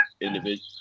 individual